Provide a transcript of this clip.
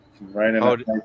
right